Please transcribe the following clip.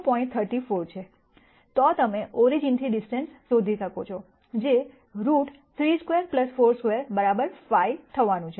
34 છે તો તમે ઓરિજીનથી ડિસ્ટન્સ શોધી શકો છો જે રુટ 32 42 5 થવાનું છે